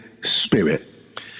Spirit